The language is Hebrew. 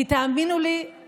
כי תאמינו לי,